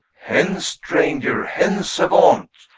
hence, stranger, hence avaunt!